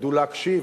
ידעו להקשיב.